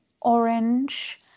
orange